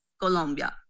Colombia